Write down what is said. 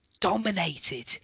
dominated